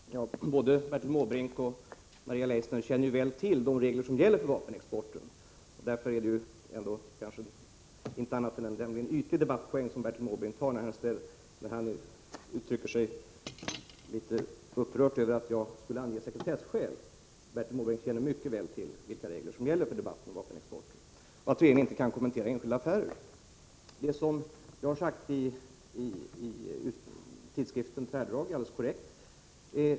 Herr talman! Både Bertil Måbrink och Maria Leissner känner ju väl till de regler som gäller för vapenexporten. Det är därför bara en tämligen ytlig debattpoäng som Bertil Måbrink tar när han uttrycker sig litet upprört över att jag skulle hänvisa till sekretesskäl. Bertil Måbrink känner mycket väl till vilka regler som gäller för debatten om vapenexport och att regeringen inte kan kommentera enskilda affärer. Det som jag har uttalat i tidskriften Tvärdrag är alldeles korrekt.